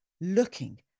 looking